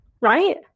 Right